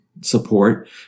support